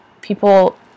people